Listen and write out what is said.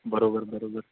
बरोबर बरोबर